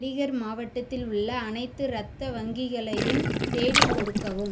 அலிகர் மாவட்டத்தில் உள்ள அனைத்து இரத்த வங்கிகளையும் தேடிக் கொடுக்கவும்